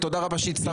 תודה רבה שהצטרפת.